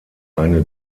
eine